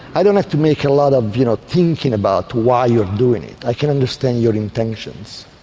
i don't have to make a lot of you know thinking about why you're doing it, i can understand your intentions.